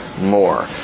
more